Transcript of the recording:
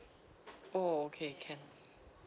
oh okay can